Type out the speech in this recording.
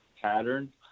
pattern